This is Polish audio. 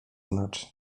znaczy